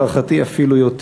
להערכתי אפילו יותר.